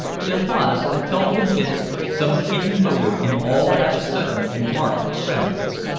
there was, i felt convinced, some hidden motive in all that sudden and marked friendliness.